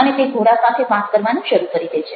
અને તે ઘોડા સાથે વાત કરવાનું શરૂ કરી દે છે